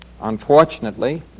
unfortunately